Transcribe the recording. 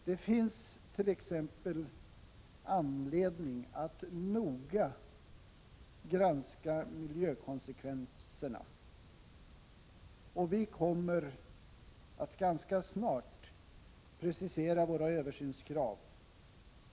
Det finns t.ex. anledning att noga granska miljökonsekvenserna, och vi kommer ganska snart att precisera våra översynskrav.